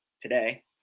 today